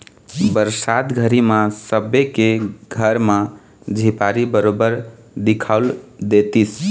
बरसात घरी म सबे के घर म झिपारी बरोबर दिखउल देतिस